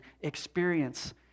experience